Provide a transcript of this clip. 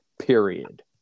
period